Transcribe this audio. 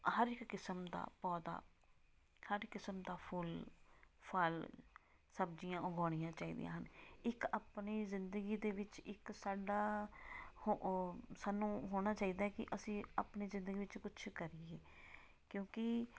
ਹਰ ਇੱਕ ਕਿਸਮ ਦਾ ਪੌਦਾ ਹਰ ਕਿਸਮ ਦਾ ਫੁੱਲ ਫਲ ਸਬਜ਼ੀਆਂ ਉਗਾਉਣੀਆਂ ਚਾਹੀਦੀਆਂ ਹਨ ਇੱਕ ਆਪਣੇ ਜ਼ਿੰਦਗੀ ਦੇ ਵਿੱਚ ਇੱਕ ਸਾਡਾ ਹੋ ਓ ਸਾਨੂੰ ਹੋਣਾ ਚਾਹੀਦਾ ਕਿ ਅਸੀਂ ਆਪਣੀ ਜ਼ਿੰਦਗੀ ਵਿੱਚ ਕੁਛ ਕਰੀਏ ਕਿਉਂਕਿ